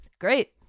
great